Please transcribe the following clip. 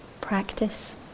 practice